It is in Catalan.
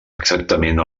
exactament